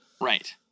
Right